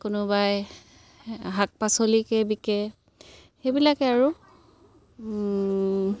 কোনোবাই শাক পাচলিকে বিকে সেইবিলাকে আৰু